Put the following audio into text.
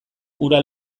hura